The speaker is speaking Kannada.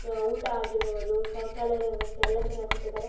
ಊಟ ಆಗಿರಬೋದು ಶೌಚಾಲಯದ ವ್ಯವಸ್ಥೆ ಎಲ್ಲ ಚೆನ್ನಾಗಿ ಕೊಟ್ಟಿದ್ದಾರೆ